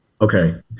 okay